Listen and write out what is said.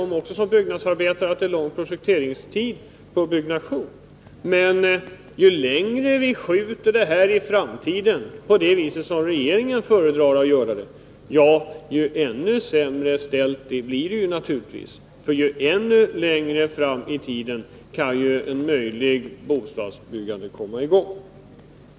Ja visst, som byggnadsarbetare är jag medveten om att det är lång projekteringstid när det gäller detta slags byggnation. Men ju längre fram i tiden vi skjuter på det — som regeringen föredrar att göra — desto värre blir det naturligtvis, eftersom det blir än längre fram i tiden som ett möjligt bostadsbyggande kan komma i gång.